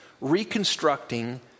reconstructing